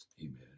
Amen